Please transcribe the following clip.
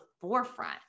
forefront